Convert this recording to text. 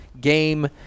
game